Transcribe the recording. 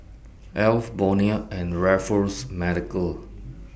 Alf Bonia and Raffles Medical